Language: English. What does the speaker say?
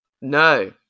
No